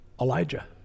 Elijah